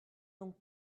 donc